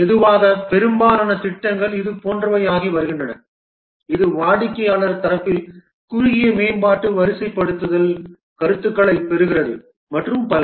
மெதுவாக பெரும்பாலான திட்டங்கள் இதுபோன்றவையாகி வருகின்றன இது வாடிக்கையாளர் தரப்பில் குறுகிய மேம்பாட்டு வரிசைப்படுத்தல் கருத்துக்களைப் பெறுகிறது மற்றும் பல